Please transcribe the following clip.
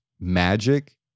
magic